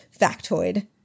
factoid